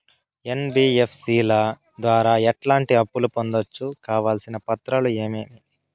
NBFC ల ద్వారా ఎట్లాంటి అప్పులు పొందొచ్చు? కావాల్సిన పత్రాలు ఏమేమి?